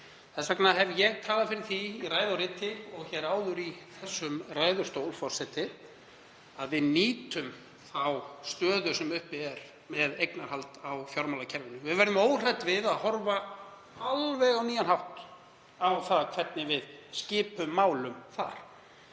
Þess vegna hef ég talað fyrir því í ræðu og riti og áður í þessum ræðustól, forseti, að við nýtum þá stöðu sem uppi er varðandi eignarhald á fjármálakerfinu. Við verðum að vera óhrædd við að horfa á alveg nýjan hátt á hvernig við skipum málum þar.